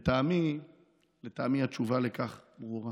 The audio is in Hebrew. לטעמי התשובה על כך ברורה.